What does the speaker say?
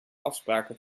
afspraken